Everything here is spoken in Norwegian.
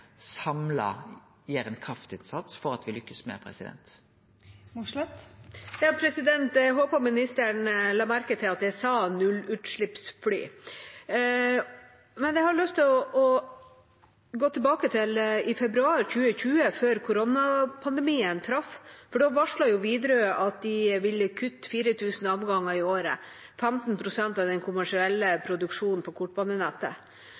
samla gjere ein kraftinnsats for at me lykkast med. Jeg håper ministeren la merke til at jeg sa nullutslippsfly. Jeg har lyst til å gå tilbake til februar 2020, før koronapandemien traff, for da varslet Widerøe at de ville kutte 4 000 avganger i året, 15 pst. av den kommersielle produksjonen på kortbanenettet.